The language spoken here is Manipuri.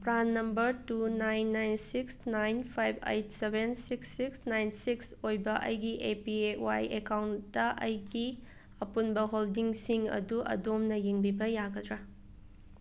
PRAN number two nine nine six nine five eight seven six six nine six ꯑꯣꯏꯕ ꯑꯩꯒꯤ A P A Y account ꯑꯩꯒꯤ ꯑꯄꯨꯟꯕ ꯍꯣꯜꯗꯤꯡꯁꯤꯡ ꯑꯗꯨ ꯑꯗꯣꯝꯅ ꯌꯦꯡꯕꯤꯕ ꯌꯥꯒꯗ꯭ꯔꯥ